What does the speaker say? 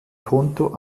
konto